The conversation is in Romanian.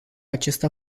acesta